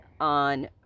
On